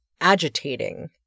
agitating